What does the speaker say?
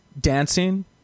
dancing